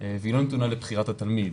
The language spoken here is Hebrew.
והיא לא נתונה לבחירת התלמיד.